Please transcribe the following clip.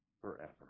forever